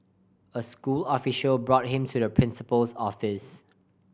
a school official brought him to the principal's office